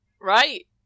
right